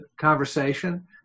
conversation